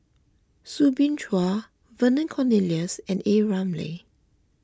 Soo Bin Chua Vernon Cornelius and A Ramli